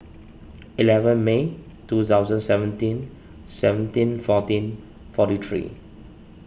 eleven May two thousand seventeen seventeen fourteen forty three